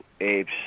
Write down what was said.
apes